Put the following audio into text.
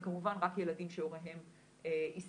וכמובן רק ילדים שהוריהם הסכימו,